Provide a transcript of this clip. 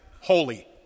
holy